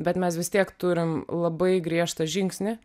bet mes vis tiek turim labai griežtą žingsnį